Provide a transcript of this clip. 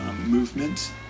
movement